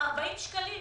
40 שקלים.